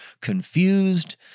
confused